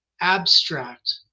abstract